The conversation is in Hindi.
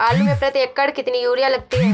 आलू में प्रति एकण कितनी यूरिया लगती है?